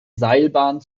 seilbahn